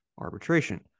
arbitration